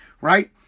Right